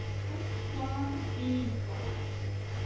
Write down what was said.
why be proactive?